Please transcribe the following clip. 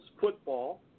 football